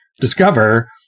discover